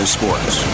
Sports